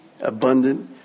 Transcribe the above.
abundant